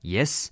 Yes